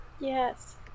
Yes